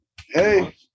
Hey